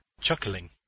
chuckling